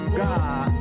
god